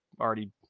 already